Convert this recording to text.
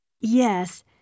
Yes